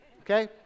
Okay